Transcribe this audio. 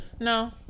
no